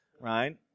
right